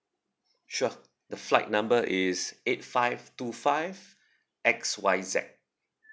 sure the flight number is eight five two five X Y Z